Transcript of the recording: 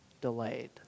delayed